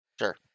Sure